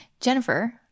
Jennifer